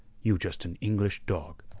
you just an english dog.